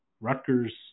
Rutgers